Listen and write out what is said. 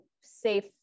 safe